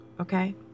okay